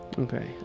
okay